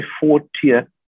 four-tier